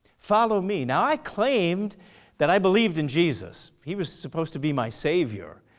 follow me. now i claimed that i believed in jesus. he was supposed to be my savior.